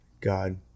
God